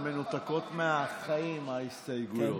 הן מנותקות מהחיים, ההסתייגות.